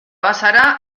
bazara